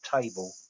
table